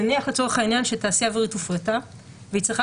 נניח לצורך העניין שתעשייה אווירית הופרטה והיא צריכה